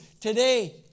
today